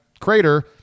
crater